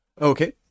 Okay